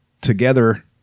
together